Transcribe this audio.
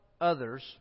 others